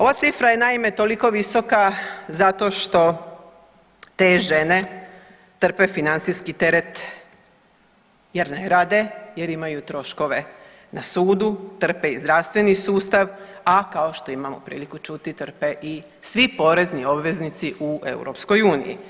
Ova cifra je, naime, toliko visoka zato što te žene trpe financijski teret jer ne rade, jer imaju troškove na sudu, trpe i zdravstveni sustav, a kao što imamo priliku čuti, trpe i svi porezni obveznici u EU.